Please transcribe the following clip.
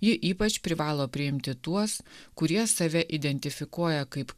ji ypač privalo priimti tuos kurie save identifikuoja kaip